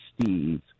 Steve